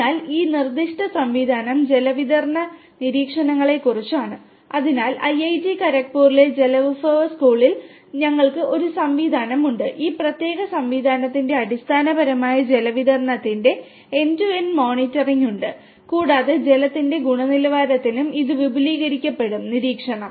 ഇപ്പോൾ പിഎൽസി ഉണ്ട് കൂടാതെ ജലത്തിന്റെ ഗുണനിലവാരത്തിനും ഇത് വിപുലീകരിക്കപ്പെടും നിരീക്ഷണം